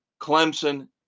Clemson